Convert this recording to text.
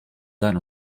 sein